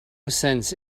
sense